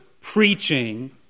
preaching